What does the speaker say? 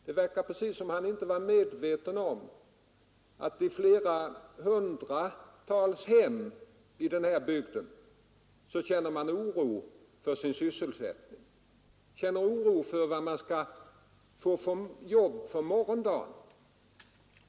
Det verkade precis som om han inte vore medveten om att man i hundratals hem i denna bygd känner oro för sin sysselsättning, oro för att man inte skall ha arbete för morgondagen.